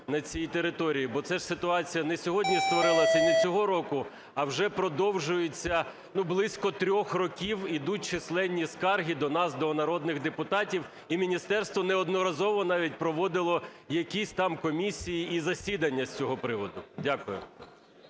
на цій території? Бо це ситуація не сьогодні створилася, не цього року, а вже продовжується, близько 3 років ідуть численні скарги до нас, до народних депутатів, і міністерство неодноразово навіть проводило якісь там комісії, і засідання з цього приводу. Дякую.